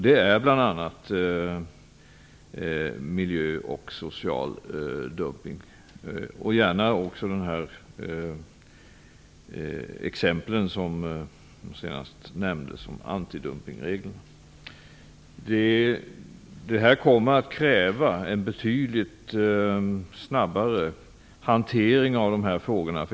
Det gäller bl.a. miljödumping och social dumping och även de exempel som senast nämndes om antidumpingregler. Det kommer att kräva en betydligt snabbare hantering av dessa frågor.